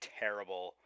terrible